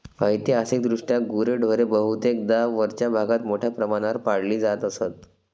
ऐतिहासिकदृष्ट्या गुरेढोरे बहुतेकदा वरच्या भागात मोठ्या प्रमाणावर पाळली जात असत